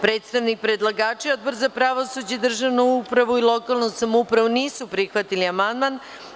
Predstavnik predlagača i Odbor za pravosuđe, državnu upravu i lokalnu samoupravu nisu prihvatili amandman.